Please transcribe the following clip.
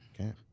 Okay